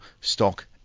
stock